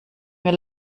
mir